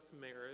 marriage